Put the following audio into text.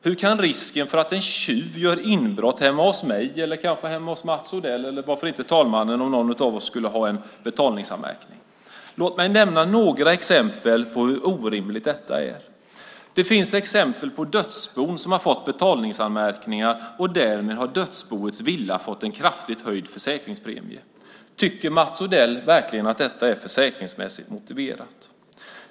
Hur kan risken för att en tjuv gör inbrott hemma hos mig eller kanske hemma hos Mats Odell eller varför inte hos talmannen om någon av oss skulle ha en betalningsanmärkning? Låt mig nämna några exempel på hur orimligt detta är. Det finns exempel på dödsbon som har fått betalningsanmärkningar, och därmed har dödsboets villa fått en kraftigt höjd försäkringspremie. Tycker Mats Odell verkligen att detta är försäkringsmässigt motiverat?